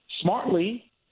Smartly